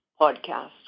podcast